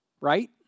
right